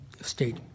state